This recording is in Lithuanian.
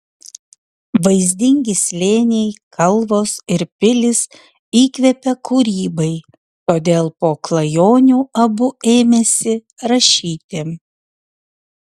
vaizdingi slėniai kalvos ir pilys įkvepia kūrybai todėl po klajonių abu ėmėsi rašyti